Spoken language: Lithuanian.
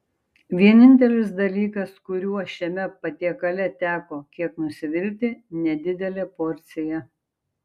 vienintelis dalykas kuriuo šiame patiekale teko kiek nusivilti nedidelė porcija